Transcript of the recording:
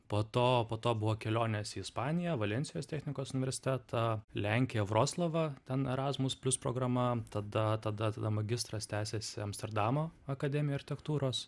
po to po to buvo kelionės į ispaniją valensijos technikos universitetą lenkiją vroclavą ten erasmus plius programa tada tada tada magistras tęsėsi amsterdamo akademijoj architekturos